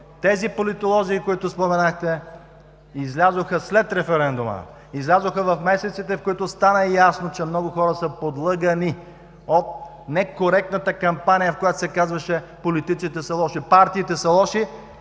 Политолозите, които споменахте, излязоха след референдума. Излязоха в месеците, в които стана ясно, че много хора са подлъгани от некоректната кампания, в която се казваше: политиците са лоши, партиите са лоши.